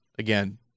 Again